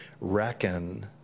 reckon